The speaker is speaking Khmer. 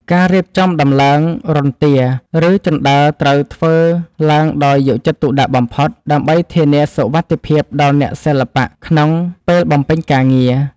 ការរៀបចំដំឡើងរន្ទា ឬជណ្ដើរត្រូវធ្វើឡើងដោយយកចិត្តទុកដាក់បំផុត ដើម្បីធានាសុវត្ថិភាពដល់អ្នកសិល្បៈក្នុងពេលបំពេញការងារ។